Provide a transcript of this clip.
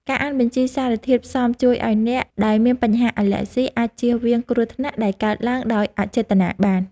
ការអានបញ្ជីសារធាតុផ្សំជួយឱ្យអ្នកដែលមានបញ្ហាអាឡែហ្ស៊ីអាចចៀសវាងគ្រោះថ្នាក់ដែលកើតឡើងដោយអចេតនាបាន។